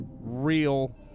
real